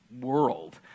world